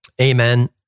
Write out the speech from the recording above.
Amen